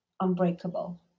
unbreakable